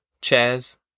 chairs